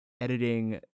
editing